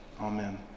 amen